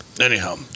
anyhow